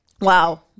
Wow